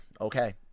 okay